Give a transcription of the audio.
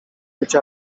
być